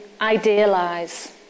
idealise